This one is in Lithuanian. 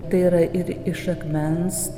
tai yra ir iš akmens